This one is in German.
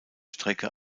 strecke